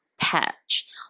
patch